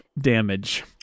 damage